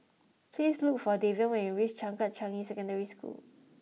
please look for Davion when you reach Changkat Changi Secondary School